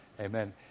amen